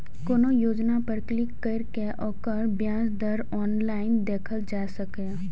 कोनो योजना पर क्लिक कैर के ओकर ब्याज दर ऑनलाइन देखल जा सकैए